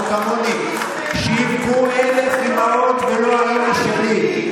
כמוני: שיבכו אלף אימהות ולא האימא שלי.